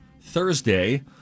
Thursday